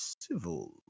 Civil